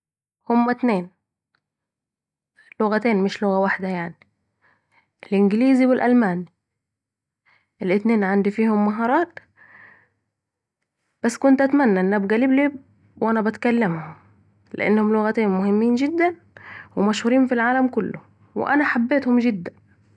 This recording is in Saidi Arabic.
هما اتنين لغتين مش لغه وحده يعني انجليزي و ألماني... الاتنين عندي فيهم مهارات بس كنت اتمني ابقي لبلب وأنا بتكلمهم لانهم لغتين مهمين جدا و مشهورين في العالم كله, وانا حبيتهم جدا